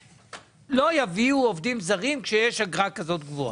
הרי אנחנו יודעים שלא יגיעו עובדים זרים כשיש אגרה כזאת גבוהה.